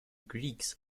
greeks